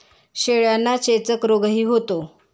शेळ्यांना चेचक रोगही होतो